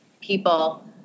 people